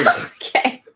okay